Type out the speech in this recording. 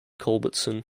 culbertson